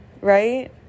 right